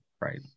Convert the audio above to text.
Right